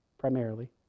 primarily